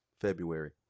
February